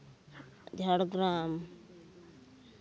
Jhargram